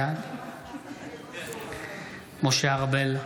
בעד משה ארבל,